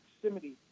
proximity